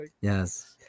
Yes